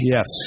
Yes